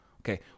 okay